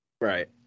Right